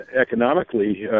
economically